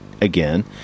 again